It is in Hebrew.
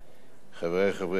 חברי חברי הכנסת,